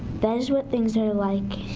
that is what things are like